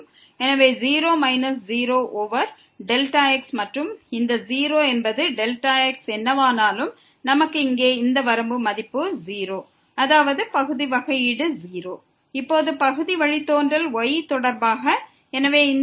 எனவே 0 minus 0 over Δx Δx என்பது என்னவானாலும் இது 0 நமக்கு இங்கே இந்த வரம்பு மதிப்பு 0 ஆகும் அதாவது x ஐப் பொறுத்தவரை பகுதி வழித்தோன்றல் 0 ஆகும்